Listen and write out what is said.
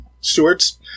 stewards